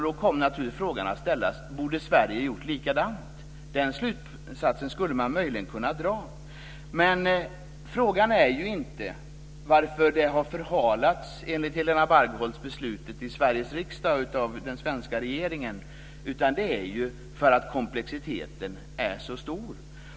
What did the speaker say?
Då ställdes naturligtvis frågan om Sverige borde har gjort likadant. Den slutsatsen skulle möjligen kunna dras. Det är inte fråga om att beslutet har förhalats i Helena Bargholtz, utan det är fråga om att komplexiteten är så stor.